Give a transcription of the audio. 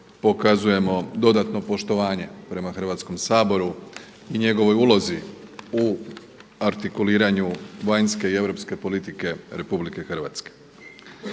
pokazujemo dodatno poštovanje prema Hrvatskom saboru i njegovoj ulozi u artikuliranju vanjske i europske politike RH. Želio bi se